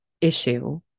issue